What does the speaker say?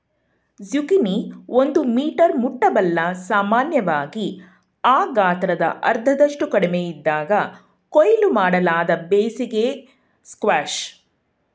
zucchini ಒಂದು metre ಮುಟ್ಟಬಲ್ಲ ಸಾಮಾನ್ಯವಾಗಿ ಆ ಗಾತ್ರದ ಅರ್ಧದಷ್ಟು ಕಡಿಮೆಯಿದ್ದಾಗ ಕೊಯ್ಲು ಮಾಡಲಾದ ಬೇಸಿಗೆ ಸ್ಕ್ವಾಷ್